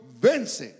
vence